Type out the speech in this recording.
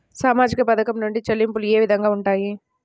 సామాజిక పథకం నుండి చెల్లింపులు ఏ విధంగా ఉంటాయి?